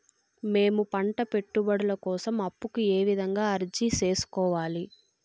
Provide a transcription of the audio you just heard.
మేము పంట పెట్టుబడుల కోసం అప్పు కు ఏ విధంగా అర్జీ సేసుకోవాలి?